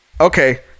Okay